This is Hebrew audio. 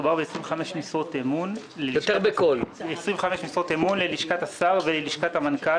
מדובר ב-25 משרות אמון ללשכת השר וללשכת המנכ"ל.